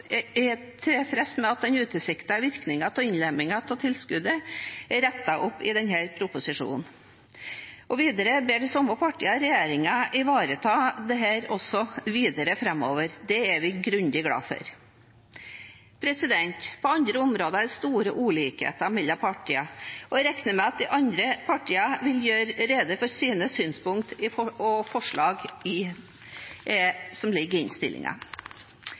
av innlemming av tilskuddet til frivilligsentraler er rettet opp i denne proposisjonen. Videre ber de samme partiene regjeringen ivareta dette framover. Det er vi grundig glad for. På andre områder er det store ulikheter mellom partiene, og jeg regner med at de andre partiene selv vil gjøre rede for sine synspunkter og forslag som ligger i innstillingen. Senterpartiet vil bygge samfunnet nedenfra og